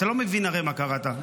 אתה הרי לא מבין מה קראת.